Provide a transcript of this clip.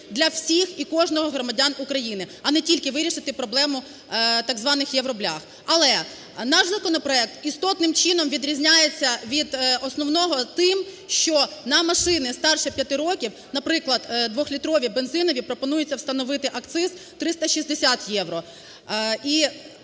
для всіх і кожного з громадян України, а не тільки вирішити проблему так званих "євроблях". Але наш законопроект істотним чином відрізняється від основного тим, що на машини старше 5 років, наприклад дволітрові бензинові, пропонується встановити акциз 360 євро.